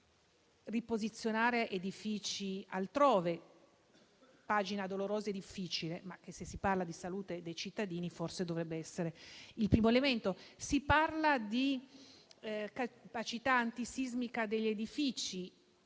di riposizionare gli edifici altrove, pagina dolorosa e difficile, ma, se si parla di salute dei cittadini, forse dovrebbe essere il primo elemento. Si parla di capacità antisismica degli edifici,